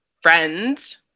friends